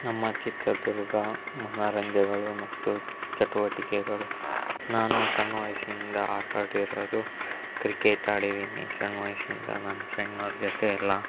ನಮ್ಮ ಚಿತ್ರದುರ್ಗ ಮನರಂಜೆಗಳು ಮತ್ತು ಚಟುವಟಿಕೆಗಳು ನಾನು ಸಣ್ಣ ವಯಸ್ಸಿನಿಂದ ಆಟ ಆಡಿರೋದು ಕ್ರಿಕೆಟ್ ಆಡಿದ್ದೀನಿ ಸಣ್ಣ ವಯಸ್ಸಿಂದ ನನ್ನ ಫ್ರೆಂಡ್ನವ್ರ ಜೊತೆ ಎಲ್ಲ